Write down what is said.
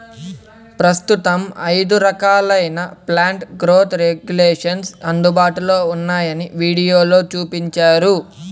ప్రస్తుతం ఐదు రకాలైన ప్లాంట్ గ్రోత్ రెగ్యులేషన్స్ అందుబాటులో ఉన్నాయని వీడియోలో చూపించారు